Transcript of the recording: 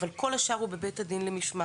אבל כל השאר הוא בבית הדין למשמעת.